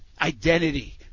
identity